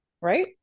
right